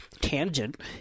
tangent